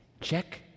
Check